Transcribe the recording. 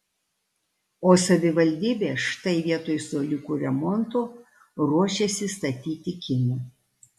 o savivaldybė štai vietoj suoliukų remonto ruošiasi statyti kiną